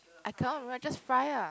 I cannot remember just fry ah